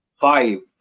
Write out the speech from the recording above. five